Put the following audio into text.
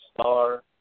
Star